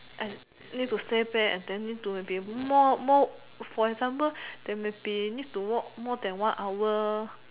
need to stay back and then need to be more more for example they maybe need to work more than one hour